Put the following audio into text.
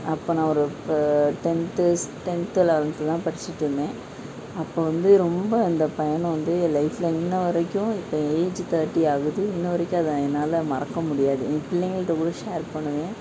அப்போ நான் ஒரு ப டென்த்து ஸ் டென்த்து லவென்த்து தான் படிச்சிகிட்டுருந்தேன் அப்போ வந்து ரொம்ப அந்த பயணம் வந்து என் லைஃப்ல இன்று வரைக்கும் இப்போ என் ஏஜ் தேர்ட்டி ஆகுது இன்று வரைக்கும் அதை என்னால் மறக்க முடியாது என் பிள்ளைங்ககிட்ட கூட ஷேர் பண்ணுவேன்